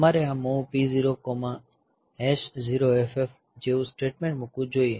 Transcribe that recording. તમારે આ MOV P00FF H જેવું સ્ટેટમેન્ટ મૂકવું જોઈએ